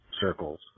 circles